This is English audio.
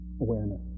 awareness